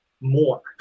more